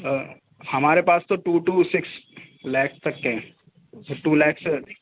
ہمارے پاس تو ٹو ٹو سکس فلیٹ تک ہیں ٹو لیکس